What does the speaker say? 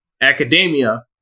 academia